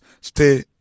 stay